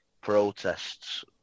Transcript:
protests